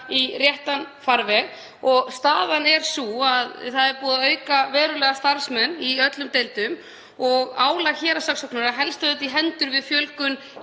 í réttan farveg. Staðan er sú að það er búið að fjölga verulega starfsmönnum í öllum deildum. Álag héraðssaksóknara helst auðvitað í hendur við fjölgun